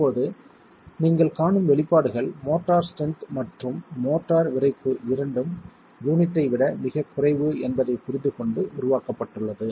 இப்போது நீங்கள் காணும் வெளிப்பாடுகள் மோர்ட்டார் ஸ்ட்ரென்த் மற்றும் மோர்ட்டார் விறைப்பு இரண்டும் யூனிட் ஐ விட மிகக் குறைவு என்பதை புரிந்து கொண்டு உருவாக்கப்பட்டுள்ளது